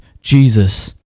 Jesus